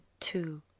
two